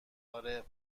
آره